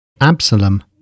Absalom